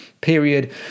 period